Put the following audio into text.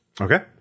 Okay